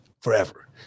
forever